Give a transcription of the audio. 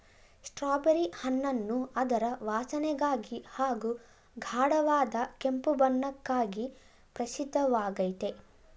strawberry ಹಣ್ಣನ್ನು ಅದರ ವಾಸನೆಗಾಗಿ ಹಾಗೂ ಗಾಢವಾದ ಕೆಂಪು ಬಣ್ಣಕ್ಕಾಗಿ ಪ್ರಸಿದ್ಧವಾಗಯ್ತೆ